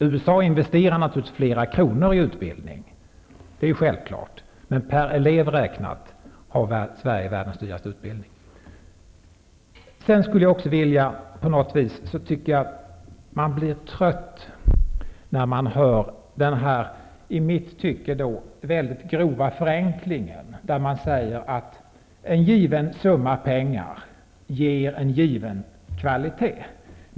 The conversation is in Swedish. USA investerar naturligtvis fler kronor, men per elev räknat har Sverige världens dyraste utbildning. Jag blir trött när jag hör den i mitt tycke väldigt grova förenklingen att en given summa pengar ger en given kvalitet.